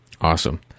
Awesome